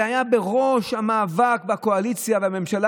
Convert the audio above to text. מי שהיה בראש המאבק בקואליציה בממשלה